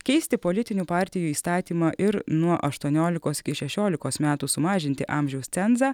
keisti politinių partijų įstatymą ir nuo aštuoniolikos iki šešiolikos metų sumažinti amžiaus cenzą